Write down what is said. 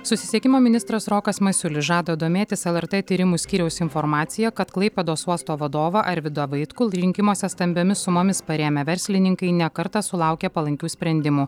susisiekimo ministras rokas masiulis žada domėtis lrt tyrimų skyriaus informacija kad klaipėdos uosto vadovą arvydą vaitkų rinkimuose stambiomis sumomis parėmę verslininkai ne kartą sulaukė palankių sprendimų